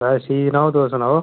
बस ठीक जनाब तुस सनाओ